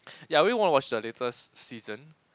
ya I really wanna watch the latest season